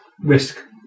risk